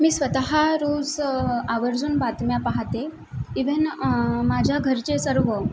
मी स्वतः रोज आवर्जून बातम्या पाहते इव्हन माझ्या घरचे सर्व